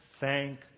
thank